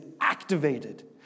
activated